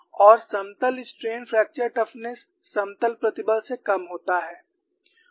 और समतल strain fracture toughness समतल प्रतिबल से कम होता है